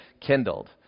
kindled